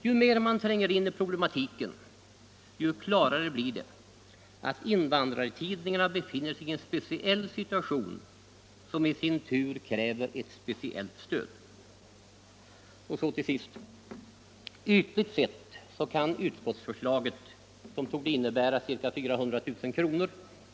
Ju mer man tränger in i problematiken, desto klarare blir det att invandrartidningarna befinner sig i en speciell situation som i sin tur kräver 53 ett speciellt stöd. Ytligt sett kan utskottsförslaget, som torde innebära ca 400 000 kr.